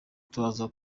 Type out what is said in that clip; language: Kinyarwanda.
turaza